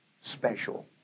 special